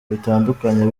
bitandukanye